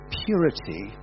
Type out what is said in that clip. purity